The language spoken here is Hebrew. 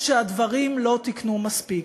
שהדברים לא תיקנו מספיק,